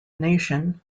nation